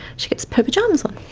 she gets her pyjamas on.